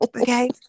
okay